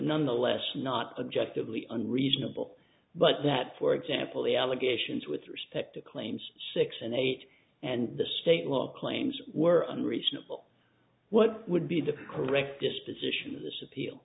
nonetheless not objectively unreasonable but that for example the allegations with respect to claims six and eight and the state will claims were unreasonable what would be the correct disposition of this